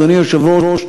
אדוני היושב-ראש,